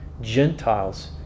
Gentiles